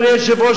אדוני היושב-ראש,